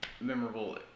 Memorable